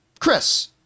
Chris